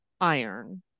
iron